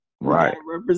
Right